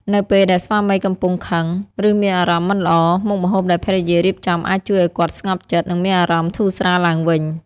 នៅពេលដែលស្វាមីកំពុងខឹង ឬមានអារម្មណ៍មិនល្អ មុខម្ហូបដែលភរិយារៀបចំអាចជួយឲ្យគាត់ស្ងប់ចិត្ត និងមានអារម្មណ៍ធូរស្រាលឡើងវិញ។